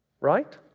right